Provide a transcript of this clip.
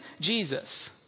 Jesus